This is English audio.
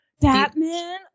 Batman